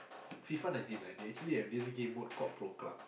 FIFA Nineteen ah they actually have this game mode called Pro Club